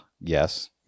yes